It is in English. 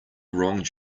wronged